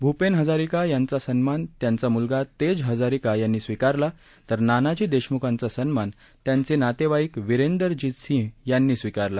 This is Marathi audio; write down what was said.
भूपेन हजारिका यांचा सन्मान त्यांचा म्लगा तेज हजारिका यांनी स्वीकारला तर नानाजी देशम्खांचा सन्मान त्यांचे नातेवाईक विरेंदर जीत सिंह यांनी स्वीकारला